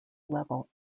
level